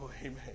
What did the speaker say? Amen